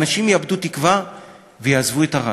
אנשים יאבדו תקווה ויעזבו את ערד,